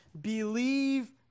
believe